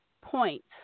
points